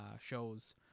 shows